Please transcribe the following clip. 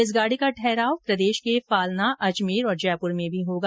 इस गाडी का ठहराव प्रदेश के फालना अजमेर और जयपुर में भी होगा